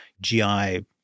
GI